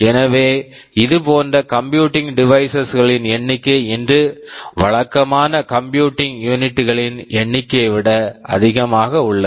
எனவே இதுபோன்ற embedded embedded computing devices computing devices களின் எண்ணிக்கை இன்று வழக்கமான கம்ப்யூட்டிங் யூனிட் computing unit களின் எண்ணிக்கையை விட அதிகமாக உள்ளது